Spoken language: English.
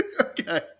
Okay